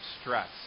stress